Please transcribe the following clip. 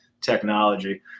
technology